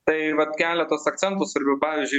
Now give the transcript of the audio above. tai vat keletas akcentų svarbių pavyzdžiui